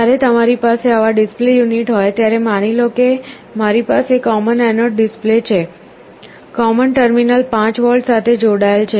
જ્યારે તમારી પાસે આવા ડિસ્પ્લે યુનિટ હોય ત્યારે માની લો કે મારી પાસે કૉમન એનોડ ડિસ્પ્લે છે કૉમન ટર્મિનલ 5V સાથે જોડાયેલ છે